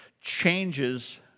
changes